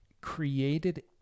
created